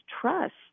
trust